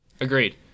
Agreed